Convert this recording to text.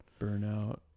Burnout